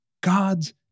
God's